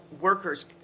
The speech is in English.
workers